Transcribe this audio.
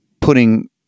putting